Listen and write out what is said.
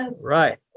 Right